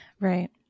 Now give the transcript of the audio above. right